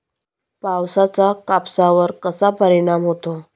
पावसाचा कापसावर कसा परिणाम होतो?